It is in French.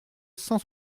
cent